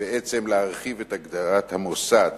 בעצם להרחיב את הגדרת המוסד